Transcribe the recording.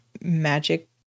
magic